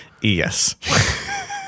Yes